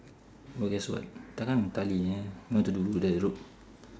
oh guess what kan don't need to do the road